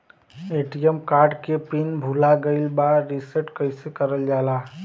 ATM card के PIN भूला गइल बा रीसेट कईसे करल जाला?